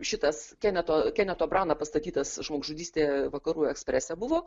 šitas keneto keneto brana pastatytas žmogžudystė vakarų eksprese buvo